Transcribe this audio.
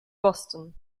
boston